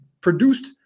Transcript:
produced